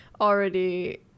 already